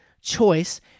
choice